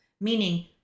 meaning